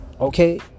Okay